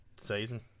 season